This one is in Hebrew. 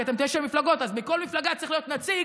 כי אתם תשע מפלגות, אז מכל מפלגה צריך להיות נציג,